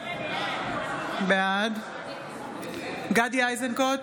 בעד גדי איזנקוט,